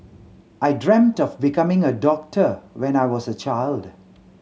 I dreamt of becoming a doctor when I was a child